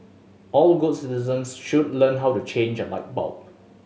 all good citizens should learn how to change a light bulb